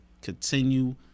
continue